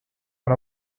one